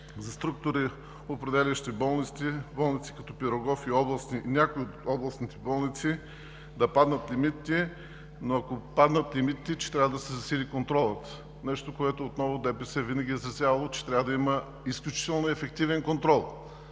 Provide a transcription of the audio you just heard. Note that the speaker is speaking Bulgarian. за структуроопределящи болници като „Пирогов“ и някои от областните болници да паднат лимитите, но ако паднат лимитите, ще трябва да се засили контролът – нещо, което отново ДПС винаги е изразявало – че трябва да има изключително ефективен контрол.